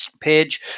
page